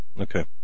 Okay